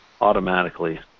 Automatically